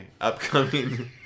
upcoming